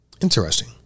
Interesting